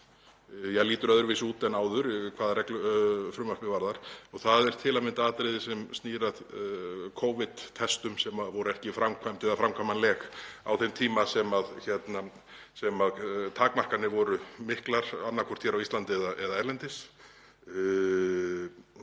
nú lítur öðruvísi út en áður hvað frumvarpið varðar. Það er til að mynda atriði sem snýr að Covid-prófum sem voru ekki framkvæmd eða framkvæmanleg á þeim tíma sem takmarkanir voru miklar, annaðhvort á Íslandi eða erlendis.